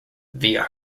via